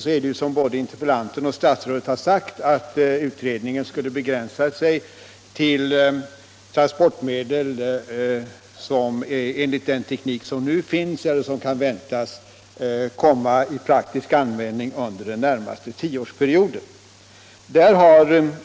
Utredningen skulle, som både interpellanten och statsrådet har sagt, begränsa sig till transportmedel enligt den teknik som nu finns eller som kan väntas komma i praktisk användning under den närmaste tioårsperioden.